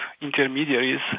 intermediaries